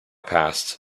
past